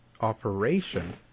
operation